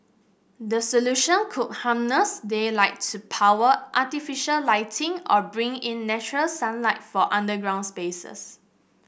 the solution could harness daylight to power artificial lighting or bring in natural sunlight for underground spaces